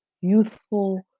youthful